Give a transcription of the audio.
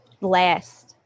last